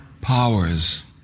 powers